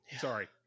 Sorry